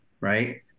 right